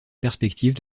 perspective